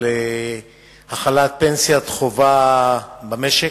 על החלת פנסיית חובה במשק.